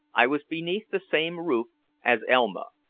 i was beneath the same roof as elma,